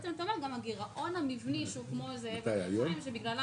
גם הגירעון המבני שהוא כמו אבן ריחיים שבגללה